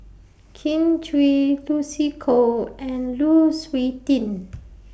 Kin Chui Lucy Koh and Lu Suitin